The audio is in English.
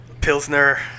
Pilsner